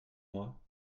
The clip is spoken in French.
moi